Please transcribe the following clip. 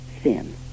sin